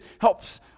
helps